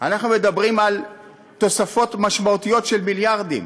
אנחנו מדברים על תוספות משמעותיות של מיליארדים.